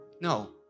No